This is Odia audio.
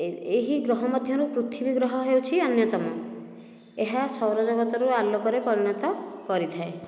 ଏହି ଗ୍ରହ ମଧ୍ୟରୁ ପୃଥିବୀ ଗ୍ରହ ହେଉଛି ଅନ୍ୟତମ ଏହା ସୌରଜଗତରୁ ଆଲୋକରେ ପରିଣତ କରିଥାଏ